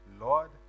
Lord